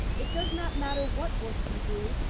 it does not matter what work you do,